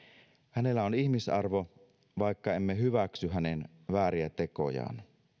hänellä on ihmisarvo vaikka emme hyväksy hänen vääriä tekojaan